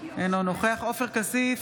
אינו נוכח עופר כסיף,